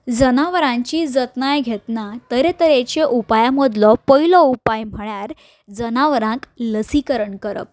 जनावरांची जतनाय घेतना तरेतरेच्या उपायां मदलो पयलो उपाय म्हळ्यार जनावरांक लसीकरण करप